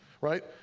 right